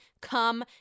Come